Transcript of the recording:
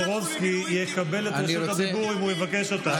חבר הכנסת טופורובסקי יקבל את רשות הדיבור אם הוא יבקש אותה,